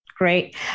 Great